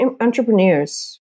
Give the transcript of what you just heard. entrepreneurs